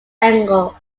angle